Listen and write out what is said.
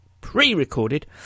pre-recorded